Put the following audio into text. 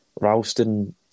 Ralston